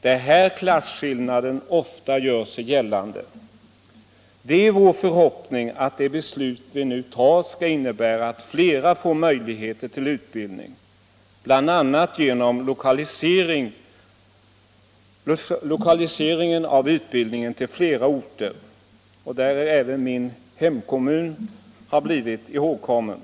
Det är här klasskillnaden ofta gör sig gällande. Det är vår förhoppning att det beslut som vi nu kommer att ta skall innebära att flera människor får möjlighet till utbildning, bl.a. genom lokaliseringen av utbildningen till ytterligare orter, bland vilka min hemkommun också har blivit ihågkommen.